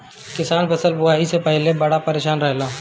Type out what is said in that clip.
किसान फसल बुआई से पहिले बड़ा परेशान रहेला